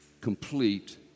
complete